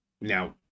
Now